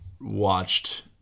watched